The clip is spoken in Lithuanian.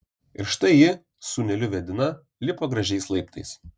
ir štai ji sūneliu vedina lipo gražiais laiptais